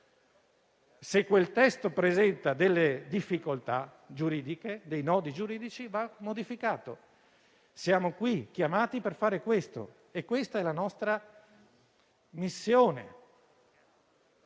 Se quel testo presenta delle difficoltà giuridiche, dei nodi giuridici, va modificato: siamo chiamati per fare questo, è la nostra missione.